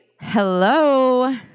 Hello